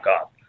up